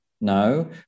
No